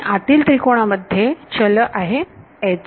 आणि आतील त्रिकोणा मध्ये चल आहे H